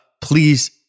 Please